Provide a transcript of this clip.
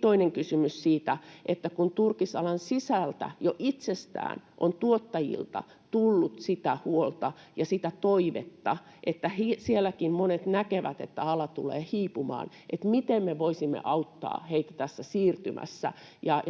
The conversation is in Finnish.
toinen kysymys siitä, että kun turkisalan sisältä jo itsessään on tuottajilta tullut sitä huolta ja sitä toivetta, kun sielläkin monet näkevät, että ala tulee hiipumaan, niin miten me voisimme auttaa heitä tässä siirtymässä.